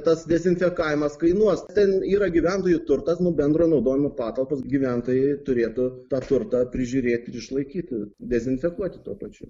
tas dezinfekavimas kainuos ten yra gyventojų turtas nu bendro naudojimo patalpos gyventojai turėtų tą turtą prižiūrėt ir išlaikyti dezinfekuoti tuo pačiu